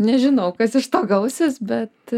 nežinau kas iš to gausis bet